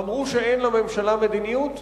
אמרו שאין לממשלה מדיניות?